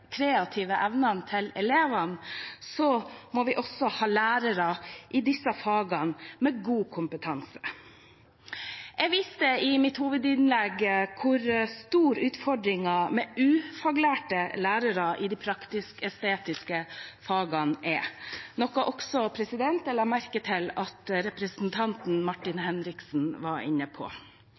kreative evnene til elevene, må vi også ha lærere med god kompetanse i disse fagene. Jeg viste i mitt hovedinnlegg hvor stor utfordringen med ufaglærte lærere i de praktisk-estetiske fagene er, noe jeg la merke til at også representanten Martin Henriksen var inne på.